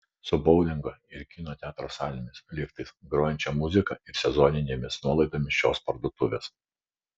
su boulingo ir kino teatro salėmis liftais grojančia muzika ir sezoninėmis nuolaidomis šios parduotuvės